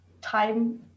time